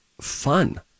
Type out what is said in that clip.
fun